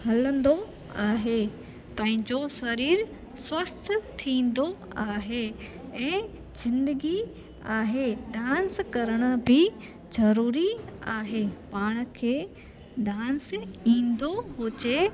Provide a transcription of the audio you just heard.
हलंदो आहे पंहिंजो शरीरु स्वस्थ थींदो आहे ऐं ज़िंदगी आहे डांस करणु बि ज़रूरी आहे पाण खे डांस ईंदो हुजे त